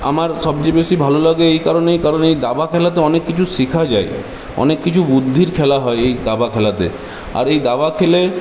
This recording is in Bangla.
আমার সবচেয়ে বেশি ভালো লাগে এই কারণেই কারণ এই দাবা খেলাতে অনেক কিছু শেখা যায় অনেক কিছু বুদ্ধির খেলা হয় এই দাবা খেলাতে আর এই দাবা খেলে